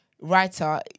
writer